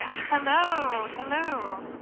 ah hello hello.